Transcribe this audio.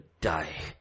die